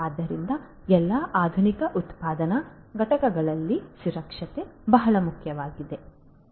ಆದ್ದರಿಂದ ಎಲ್ಲಾ ಆಧುನಿಕ ಉತ್ಪಾದನಾ ಘಟಕಗಳಲ್ಲಿ ಸುರಕ್ಷತೆ ಬಹಳ ಮುಖ್ಯವಾಗಿದೆ